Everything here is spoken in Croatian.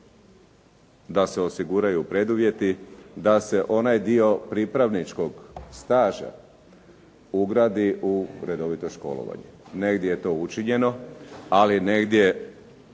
da se osiguraju preduvjeti da se onaj dio pripravničkog staža ugradi u redovito školovanje. Negdje je to učinjeno, ali negdje,